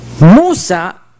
Musa